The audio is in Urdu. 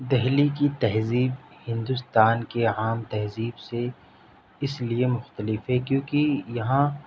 دہلی کی تہذیب ہندوستان کی عام تہذیب سے اس لیے مختلف ہے کیونکہ یہاں